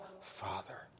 Father